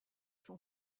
son